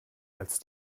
als